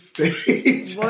Stage